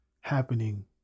happening